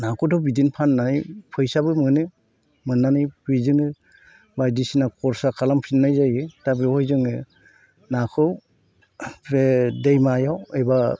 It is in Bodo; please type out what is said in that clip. नाखौथ' बिदिनो फाननानै फैसाबो मोनो मोननानै बेजोंनो बायदिसिना खरसा खालामफिननाय जायो दा बेवहाय जोङो नाखौ बे दैमायाव एबा